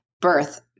birth